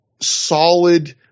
solid